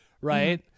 Right